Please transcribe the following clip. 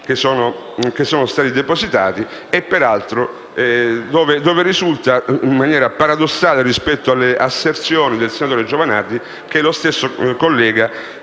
emendamenti depositati. Da essi risulta, in maniera paradossale rispetto alle asserzioni del senatore Giovanardi, che lo stesso collega